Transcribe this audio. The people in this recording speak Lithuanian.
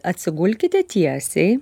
atsigulkite tiesiai